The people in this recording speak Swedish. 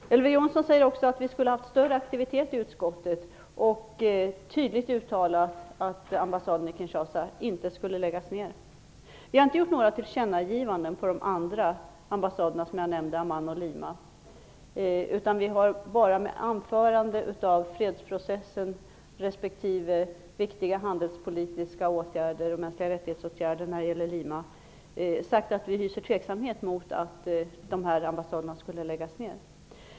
Elver Jonsson tyckte att vi i utskottet skulle ha varit aktivare och tydligt ha uttalat att ambassaden i Kinshasa inte skall läggas ned. Vi har inte gjort några tillkännagivanden när det gäller de andra ambassader som jag nämnde - den i Amman och i Lima. Vi har bara med anförande av fredsprocessen respektive viktiga handelspolitiska åtgärder och mänskligarättighets-åtgärder sagt att vi hyser tveksamhet mot att de här ambassaderna skulle läggas ned.